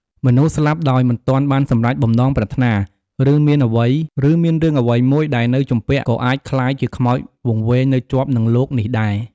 មនុស្សស្លាប់ដោយមិនទាន់បានសម្រេចបំណងប្រាថ្នា ឬមានរឿងអ្វីមួយដែលនៅជំពាក់ ក៏អាចក្លាយជាខ្មោចវង្វេងនៅជាប់នឹងលោកនេះដែរ។